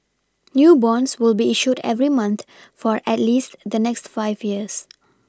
new bonds will be issued every month for at least the next five years